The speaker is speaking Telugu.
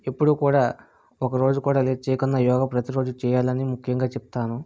ఎప్పుడూ కూడా ఒక రోజు కూడా లేట్ చేయకుండా యోగ ప్రతిరోజు చేయాలని ముఖ్యంగా చెప్తాను